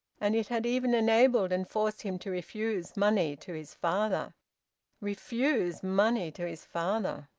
and it had even enabled and forced him to refuse money to his father refuse money to his father!